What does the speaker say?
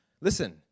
Listen